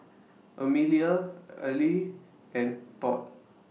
Amelia Aleah and Todd